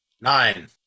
Nine